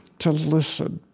to listen,